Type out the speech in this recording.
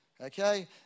Okay